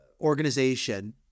organization